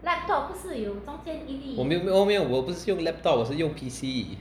我没有没有我不是用 laptop 我是用 P_C